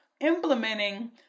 implementing